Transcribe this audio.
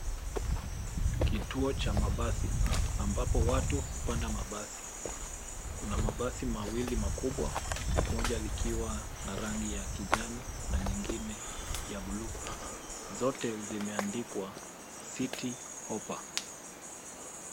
Kituo cha mabasi, ambapo watu hupanda mabasi. Kuna mabasi mawili makubwa, moja likiwa na rangi ya kijani na nyingine ya buluu. Zote zimeandikwa, city hoppa.